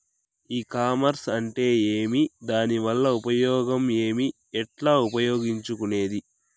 ఈ కామర్స్ అంటే ఏమి దానివల్ల ఉపయోగం ఏమి, ఎట్లా ఉపయోగించుకునేది?